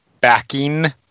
backing